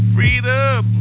Freedom